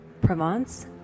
Provence